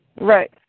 right